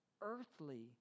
earthly